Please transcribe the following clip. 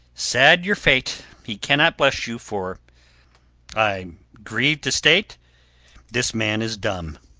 sad your fate he cannot bless you, for i grieve to state this man is dumb.